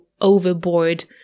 overboard